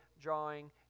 drawing